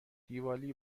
دیوالی